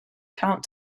count